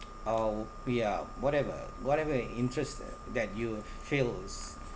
oh ya whatever whatever interests that you feels